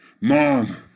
Mom